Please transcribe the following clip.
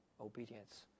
obedience